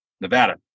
Nevada